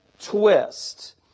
twist